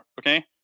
Okay